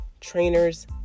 trainers